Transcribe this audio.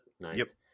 Nice